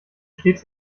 stets